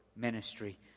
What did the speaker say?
ministry